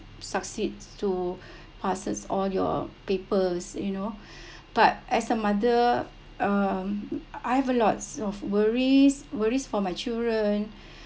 succeeds to passes all your papers you know but as a mother um worries worries for my children